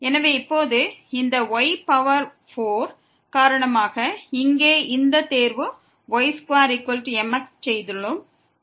எனவே இப்போது இந்த y பவர் 4 காரணமாக இங்கே இந்த தேர்வு y2mx செய்துள்ளோம்